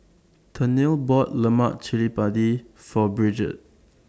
Tennille bought Lemak Cili Padi For Bridgette